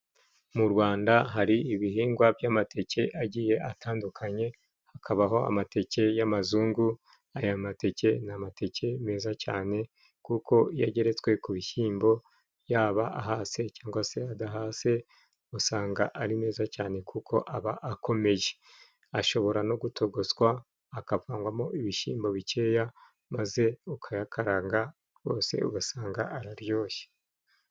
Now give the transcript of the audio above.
Mu Rwanda hari ibihingwa by'amateke agiye atandukanye, hakabaho amateke y'amazungu aya mateke ni amateke meza cyane kuko iyo ageretswe ku bishyimbo, yaba ahase cyangwa se adahase usanga ari meza cyane kuko aba akomeye ashobora no gutogoswa, akavangwamo ibishyimbo bikeya, maze ukayakaranga rwose ugasanga araryoshye.